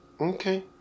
Okay